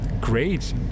great